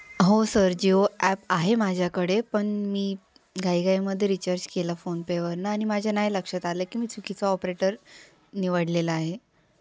हो sir Jio app आहे माझ्याकडे पण मी घाईघाईमध्ये रिचार्ज केला फोनपेवरनं आणि माझ्या नाही लक्षात आलं की मी चुकीचं ऑपरेटर निवडलेलं आहे